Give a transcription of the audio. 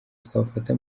twafata